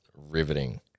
Riveting